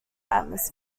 atmosphere